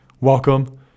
welcome